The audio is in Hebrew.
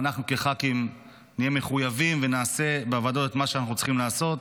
ואנחנו כח"כים נהיה מחויבים ונעשה בוועדות את מה שאנחנו צריכים לעשות.